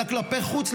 אלא כלפי חוץ,